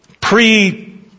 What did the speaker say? pre